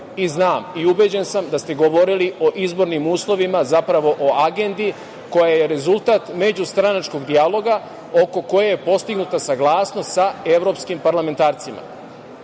znam i ubeđen sam da ste govorili o izbornim uslovima, zapravo o agendi koja je rezultat međustranačkog dijaloga oko koje je postignuta saglasnost sa evropskim parlamentarcima.